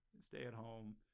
stay-at-home